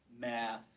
math